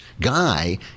guy